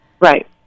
Right